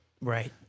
Right